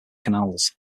canals